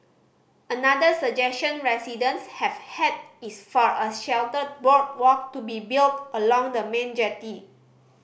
another suggestion residents have had is for a sheltered boardwalk to be built along the main jetty